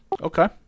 Okay